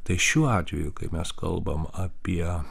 tai šiuo atveju kai mes kalbam apie